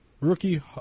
Rookie